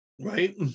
right